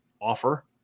offer